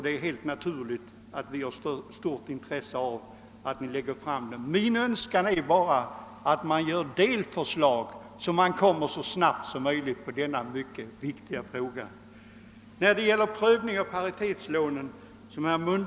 Det är helt naturligt att vi har stort intresse av att ni snarast lägger fram era resultat. Min önskan är att kommittén framlägger delförslag, så att man så snabbt som möjligt kan börja lösa vissa viktiga problem. Herr Mundebo talade om paritetslånen.